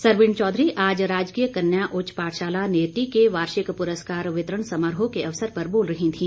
सरवीण चौधरी आज राजकीय कन्य उच्च पाठशाला नेरटी के वार्षिक पुरस्कार वितरण समारोह के अवसर पर बोल रही थी